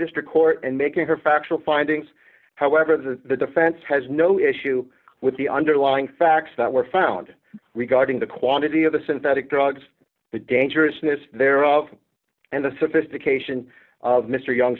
district court in making her factual findings however the defense has no issue with the underlying facts that were found regarding the quantity of the synthetic drugs the dangerousness thereof and the sophistication of mr young